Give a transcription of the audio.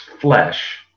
flesh